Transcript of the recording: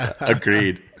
Agreed